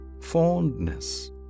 fondness